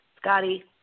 Scotty